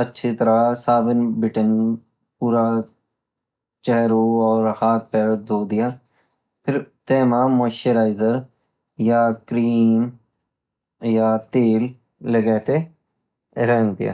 अछि तरहं साबुन बिटिन पुरा चेहेरु और हाथ पैर धोदीयाँ फिर तेमा मॉइस्चराइज़र या क्रीम या तेल लगेते रेन दियाँ